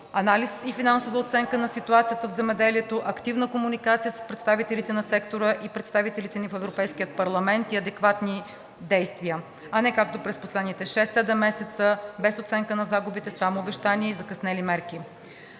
анализ и финансова оценка на ситуацията в земеделието, активна комуникация с представителите на сектора и представителите ни в Европейския парламент и адекватни действия, а не както е през последните шест-седем месеца или без оценка на загубите, само обещания и закъснели мерки.